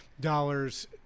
dollars